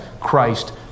Christ